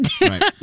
Right